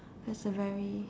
that's a very